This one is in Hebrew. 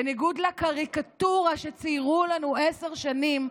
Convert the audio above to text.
בניגוד לקריקטורה שציירו לנו עשר שנים,